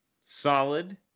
solid